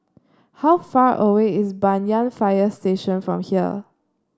how far away is Banyan Fire Station from here